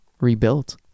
rebuilt